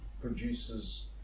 produces